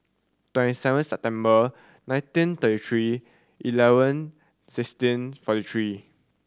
twenty seven September nineteen thirty three eleven sixteen forty three